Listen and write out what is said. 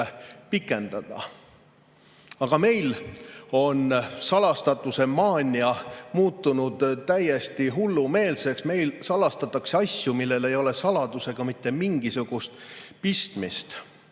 pikendada. Aga meil on salastatuse maania muutunud täiesti hullumeelseks. Meil salastatakse asju, millel ei ole saladusega mitte mingisugust pistmist.